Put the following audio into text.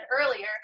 earlier